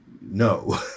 no